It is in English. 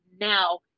now